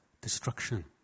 destruction